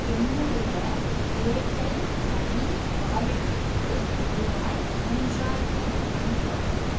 என்னுடைய Airtel money வாலெட்டுக்கு ரூபாய் மூன்றாயிரம் அனுப்பவும்